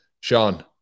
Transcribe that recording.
Sean